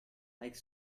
like